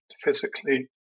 physically